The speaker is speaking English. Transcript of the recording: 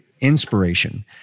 inspiration